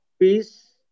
peace